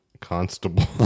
Constable